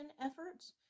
efforts